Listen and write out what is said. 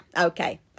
Okay